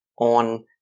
on